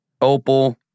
Opal